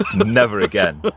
never again, but